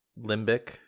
limbic